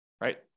right